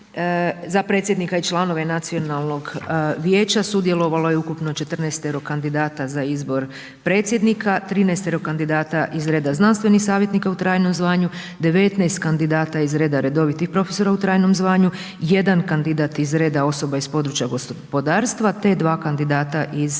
za predsjednika i članove Nacionalnog vijeća sudjelovalo je ukupno 14-ero kandidata za izbor predsjednika, 13-ero kandidata iz reda znanstvenih savjetnika u trajnom zvanju, 19 kandidata iz reda redovitih profesora u trajnom zvanju, 1 kandidat iz reda osoba iz područja gospodarstva, te 2 kandidata iz